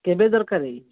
କେବେ ଦରକାର